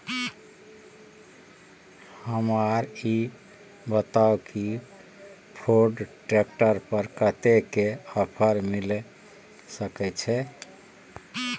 हमरा ई बताउ कि फोर्ड ट्रैक्टर पर कतेक के ऑफर मिलय सके छै?